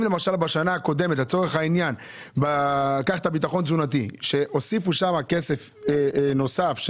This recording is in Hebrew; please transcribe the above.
אם בשנה קודמת הוסיפו לביטחון התזונתי כסף נוסף,